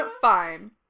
Fine